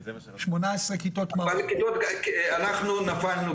אנחנו נפלנו